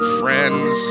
friends